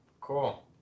Cool